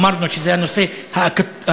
אמרנו שזה הנושא האקוטי,